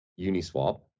Uniswap